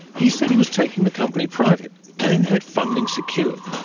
he said he was taking the company private and had funding secured.